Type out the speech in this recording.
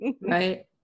Right